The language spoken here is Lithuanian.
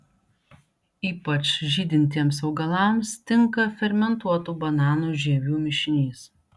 ypač žydintiems augalams tinka fermentuotų bananų žievių mišinys